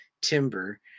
timber